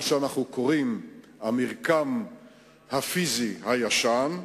מה שאנחנו קוראים "המרקם הפיזי הישן".